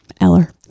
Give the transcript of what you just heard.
Eller